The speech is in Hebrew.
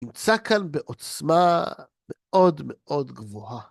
נמצא כאן בעוצמה מאוד מאוד גבוהה.